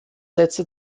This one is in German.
sätze